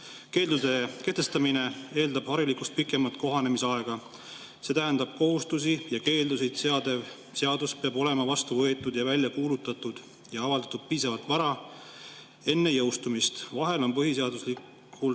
keeldude kehtestamine eeldab harilikust pikemat kohanemisaega, st kohustusi ja keeldusid seadev seadus peab olema vastu võetud, välja kuulutatud ja avaldatud piisavalt vara enne jõustumist. Vahel on põhiseaduslikult